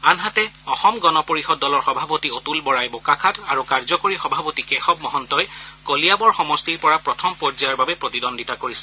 আনহাতে অসম গণ পৰিযদ দলৰ সভাপতি অতুল বৰাই বোকাখাত আৰু কাৰ্যকৰী সভাপতি কেশৱ মহস্তই কলিয়াবৰ সমষ্টিৰ পৰা প্ৰথম পৰ্যয়ৰ বাবে প্ৰতিদ্বন্থিতা কৰিছে